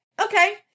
okay